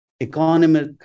economic